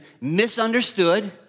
misunderstood